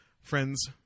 friends